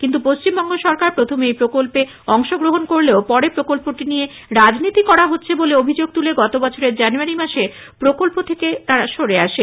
কিন্তু পশ্চিমবঙ্গ সরকার প্রথমে এই প্রকল্পে অংশগ্রহণ করলেও পরে প্রকল্পটি নিয়ে রাজনীতি করা হচ্ছে বলে অভিযোগ তুলে গত বছরের জানুয়ারি মাসে প্রকল্প থেকে সরে আসে